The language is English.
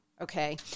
okay